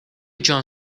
john